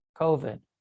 covid